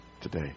today